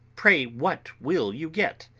pray what will you get?